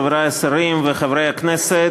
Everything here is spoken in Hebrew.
חברי השרים וחברי הכנסת.